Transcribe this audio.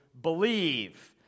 believe